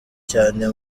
cyane